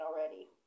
already